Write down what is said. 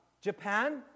Japan